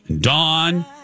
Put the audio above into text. Dawn